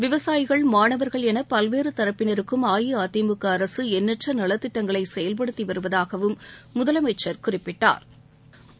விவசாயிகள் மாணவா்கள் என பல்வேறு தரப்பினருக்கும் AIADMK அரசு எண்ணற்ற நலத்திட்டங்களை செயல்படுத்தி வருவதாகவும் முதலமைச்சா் குறிப்பிட்டாா்